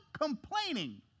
complaining